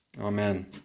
Amen